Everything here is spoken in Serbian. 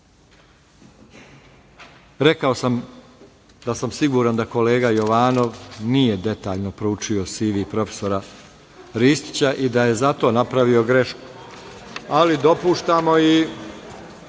sam da sam siguran da kolega Jovanov nije detaljno proučio CV profesora Ristića i da je zato napravio grešku, ali dopuštamo i